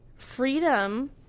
Freedom